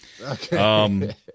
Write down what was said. Okay